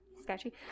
Sketchy